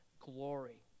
glory